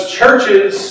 churches